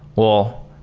well,